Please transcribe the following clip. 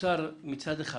האוצר מצד אחד